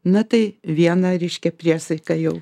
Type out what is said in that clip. na tai vieną reiškia priesaiką jau